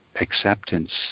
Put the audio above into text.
acceptance